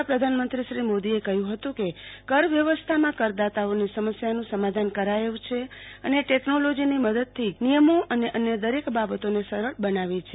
આ પ્રસંગે શ્રી મોદીએ કહ્યું કે કર વ્યવસ્થામાં કરદાતાની સમસ્યાઓનું સમાધાન કરાયું છે અને ટેકનોલોજીની મદદથી નિયમો અને દરેક બાબત સરળ બનાવી છે